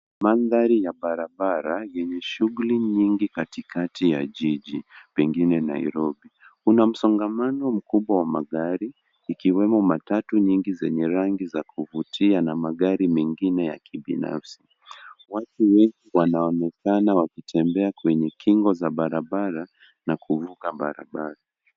Mandhari ya barabara yenye shughuli nyingi katikati ya jiji, pengine Nairobi. Kuna msongamano mkubwa wa magari ikiwemo matatu nyingi zenye rangi za kuvutia na magari mengine ya kibinafsi. Watu wengi wanaonekana wakitembea kwenye kingo za barabara na kuvuka barabara.